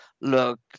look